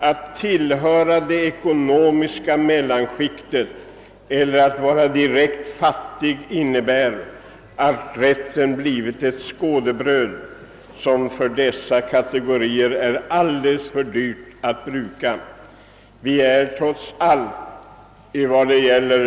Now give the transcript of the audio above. Att tillhöra det ekonomiska mellanskiktet eller att vara direkt fattig innebär att rätten har blivit ett skådebröd som är alldeles för dyrt att bruka för dessa kategorier.